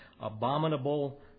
abominable